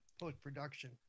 post-production